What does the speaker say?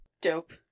Dope